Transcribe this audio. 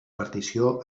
partició